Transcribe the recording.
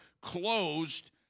closed